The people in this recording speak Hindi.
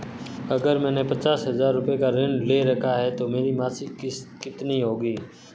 अगर मैंने पचास हज़ार रूपये का ऋण ले रखा है तो मेरी मासिक किश्त कितनी होगी?